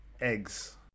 Eggs